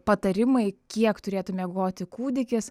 patarimai kiek turėtų miegoti kūdikis